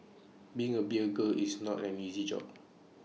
being A beer girl is not an easy job